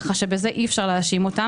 כך שבזה אי אפשר להאשים אותם.